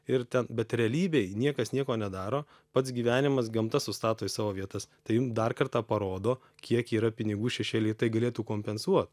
ir ten bet realybėj niekas nieko nedaro pats gyvenimas gamta sustato į savo vietas tai jum dar kartą parodo kiek yra pinigų šešėly tai galėtų kompensuot